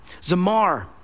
Zamar